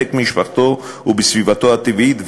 בחיק משפחתו ובסביבתו הטבעית,